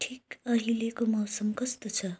ठिक अहिलेको मौसम कस्तो छ